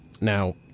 Now